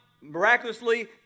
miraculously